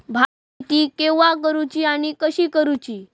भात शेती केवा करूची आणि कशी करुची?